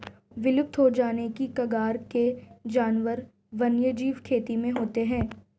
विलुप्त हो जाने की कगार के जानवर वन्यजीव खेती में होते हैं